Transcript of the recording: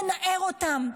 תנער אותם.